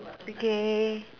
okay